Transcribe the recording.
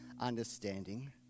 understanding